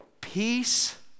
peace